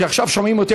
שעכשיו שומעים אותי,